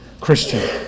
Christian